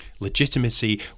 Legitimacy